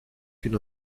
une